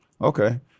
Okay